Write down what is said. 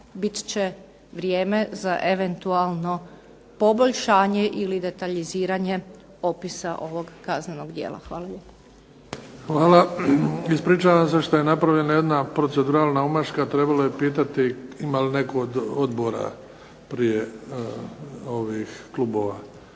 bit će vrijeme za eventualno poboljšanje ili detaljiziranje opisa ovog kaznenog djela. Hvala lijepo. **Bebić, Luka (HDZ)** Hvala. Ispričavam se što je napravljena jedna proceduralna omaška. Trebalo je pitati ima li netko od odbora prije ovih klubova.